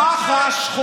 מי מינה את אלשיך?